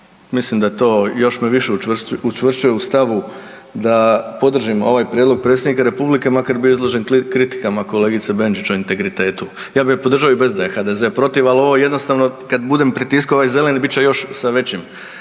mislim da je to, još me više učvršćuje u stavu da podržim ovaj prijedlog Predsjednika Republike, makar bio izložen kritikama kolegice Benčić o integritetu. Ja bi je podržao i bez da je HDZ protiv, ali ovo jednostavno, kad budem pritiskao ovaj zeleni bit će još sa većim